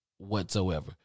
whatsoever